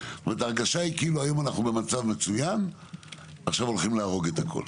ההרגשה היא שהיום אנחנו במצב מצוין ועכשיו הולכים להרוג את הכול,